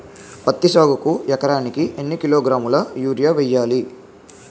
పత్తి సాగుకు ఎకరానికి ఎన్నికిలోగ్రాములా యూరియా వెయ్యాలి?